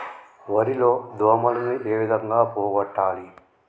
వరి లో దోమలని ఏ విధంగా పోగొట్టాలి?